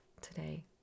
today